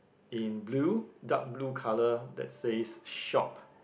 in blue dark blue colour that says shop